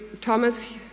Thomas